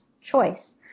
choice